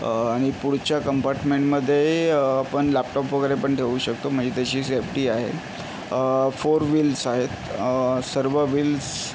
आणि पुढच्या कंपार्टमेंटमध्ये आपण लॅपटॉप वगैरे पण ठेवू शकतो म्हणजे तशी सेफ्टी आहे फोर व्हील्स आहेत सर्व व्हील्स